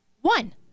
One